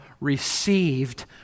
received